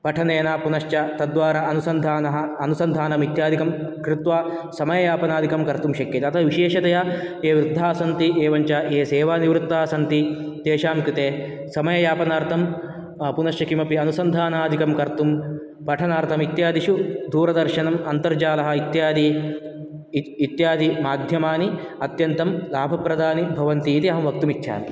पठनेन पुनश्च तत् द्वारा अनुसन्धानः अनुसन्धानम् इत्यादिकं कृत्वा समययापनादिकं कर्तुं शक्यते अतः विशेषतया ये वृद्धाः सन्ति एवञ्च ये सेवानिवृत्ताः सन्ति तेषाङ्कृते समययापनार्थं पुनश्च किमपि अनुसन्धानादिकं कर्तुं पठनार्थम् इत्यादिषु दूरदर्शनम् अन्तर्जालः इत्यादि इ इत्यादि माध्यमानि अत्यन्तं लाभप्रदानि भवन्ति इति अहं वक्तुम् इच्छामि